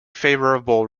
favorable